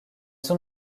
son